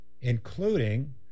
including